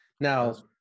Now